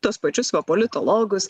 tuos pačius va politologus